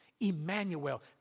Emmanuel